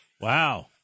Wow